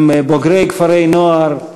הם בוגרי כפרי נוער,